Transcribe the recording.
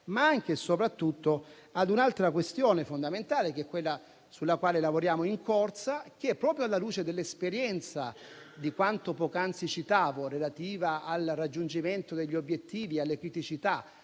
sia soprattutto ad un'altra questione fondamentale, quella sulla quale lavoriamo in corsa, che, proprio alla luce dell'esperienza di quanto poc'anzi citavo relativa al raggiungimento degli obiettivi e alle criticità